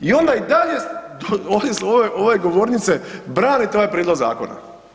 I onda i dalje s ove govornice branite ovaj prijedlog zakona.